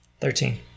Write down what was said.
Thirteen